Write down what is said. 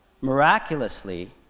Miraculously